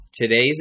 Today's